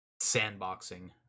sandboxing